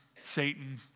Satan